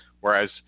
whereas